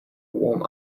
warm